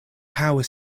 power